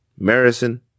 Marison